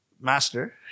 master